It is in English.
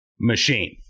machine